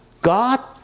God